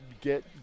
get –